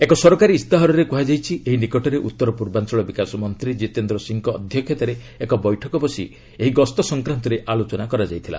ଏକ ସରକାରୀ ଇସ୍ତାହାରରେ କୁହାଯାଇଛି ଏଇ ନିକଟରେ ଉତ୍ତର ପୂର୍ବାଞ୍ଚଳ ବିକାଶ ମନ୍ତ୍ରୀ ଜିତେନ୍ଦ୍ର ସିଂହଙ୍କ ଅଧ୍ୟକ୍ଷତାରେ ଏକ ବୈଠକ ବସି ଏହି ଗସ୍ତ ସଂକ୍ରାନ୍ତରେ ଆଲୋଚନା ହୋଇଥିଲା